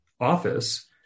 office